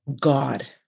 God